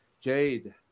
Jade